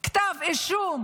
כתב אישום.